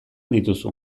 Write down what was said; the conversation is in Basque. dituzu